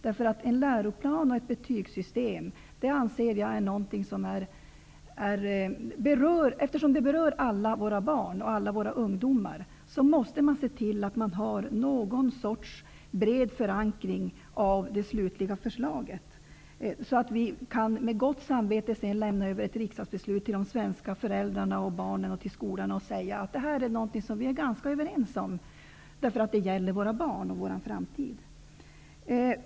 Eftersom en läroplan och ett betygssystem berör alla våra barn och alla våra ungdomar, måste man se till att ha någon sorts bred förankring av det slutliga förslaget, så att vi med gott samvete sedan kan lämna över ett riksdagsbelut till de svenska föräldrarna och barnen och till skolorna och säga att det är något som vi är ganska överens om. Det gäller ju våra barn och vår framtid.